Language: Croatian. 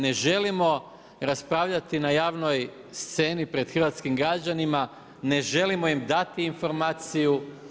Ne želimo raspravljati na javnoj sceni pred hrvatskim građanima, ne želimo im dati informaciju.